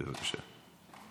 בבקשה.